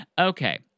Okay